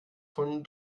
von